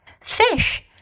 fish